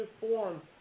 forms